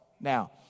Now